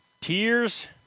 tears